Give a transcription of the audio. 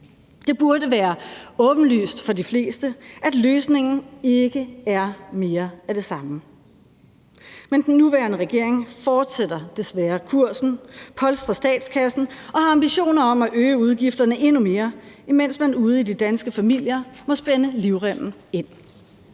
Det burde være åbenlyst for de fleste, at løsningen ikke er mere af det samme. Men den nuværende regering fortsætter desværre kursen, polstrer statskassen og har ambitioner om at øge udgifterne endnu mere, imens man ude i de danske familier må spænde livremmen ind.